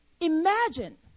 imagine